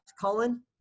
colin